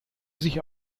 sich